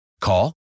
Call